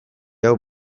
hau